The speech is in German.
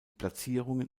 platzierungen